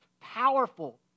powerful